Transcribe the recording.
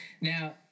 now